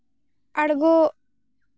ᱟᱬᱜᱚ